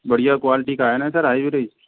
बढ़िया क्वालिटी का है न सर हाइब्रिड